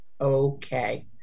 okay